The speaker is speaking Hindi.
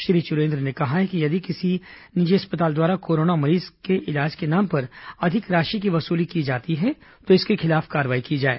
श्री चुरेन्द्र ने कहा है कि यदि किसी निजी अस्पताल द्वारा कोरोना मरीज से इलाज के नाम पर अधिक राशि की वसूली की जाती है तो इसके खिलाफ कार्रवाई की जाए